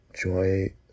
joy